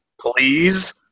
please